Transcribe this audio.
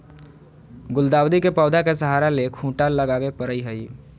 गुलदाऊदी के पौधा के सहारा ले खूंटा लगावे परई हई